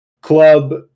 club